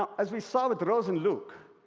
as we saw with rose and luke,